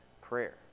prayer